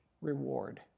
reward